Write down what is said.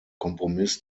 kompromiss